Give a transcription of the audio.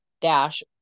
dash